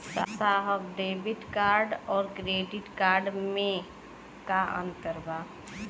साहब debit card और credit card में का अंतर बा?